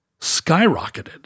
skyrocketed